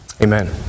Amen